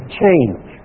change